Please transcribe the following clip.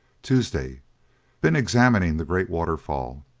tuesday been examining the great waterfall.